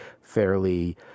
fairly